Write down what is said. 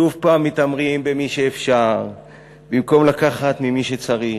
שוב מתעמרים במי שאפשר במקום לקחת ממי שצריך,